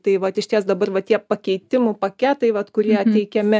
tai vat išties dabar va tie pakeitimų paketai vat kurie teikiami